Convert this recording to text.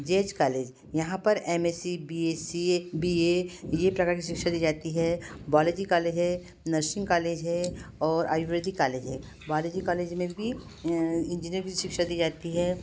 jazz college यहाँ पर M S C B S C A B A विभिन्न प्रकार की शिक्षा दी जाती है बालाजी कॉलेज है नर्सिंग कॉलेज है और आयुर्वेदिक कॉलेज है बालाजी कॉलेज में भी एंजिनीयरिंग की शिक्षा दी जाती है